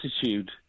attitude